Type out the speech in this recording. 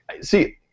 see